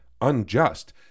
unjust